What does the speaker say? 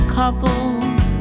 couples